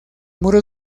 muros